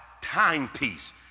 timepiece